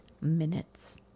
minutes